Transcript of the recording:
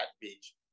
beach